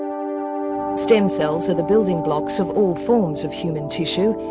um stem cells are the building blocks of all forms of human tissue.